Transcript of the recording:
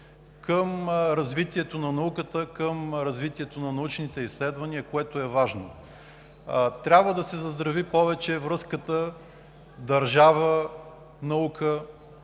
към развитието на науката, към развитието на научните изследвания, което е важно. Трябва да се заздрави повече връзката държава и